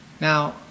Now